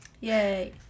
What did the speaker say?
Yay